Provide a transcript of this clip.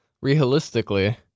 realistically